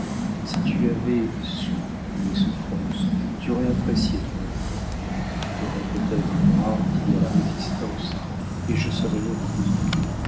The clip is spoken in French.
si tu avais su mes souffrances tu aurais apprécié ton bonheur tu m'aurais peut-être enhardie à la résistance et je serais heureuse